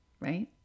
right